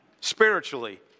spiritually